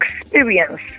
experience